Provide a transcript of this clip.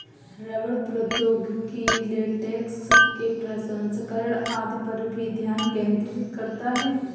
रबड़ प्रौद्योगिकी लेटेक्स के प्रसंस्करण आदि पर भी ध्यान केंद्रित करता है